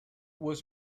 was